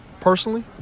personally